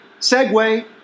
Segway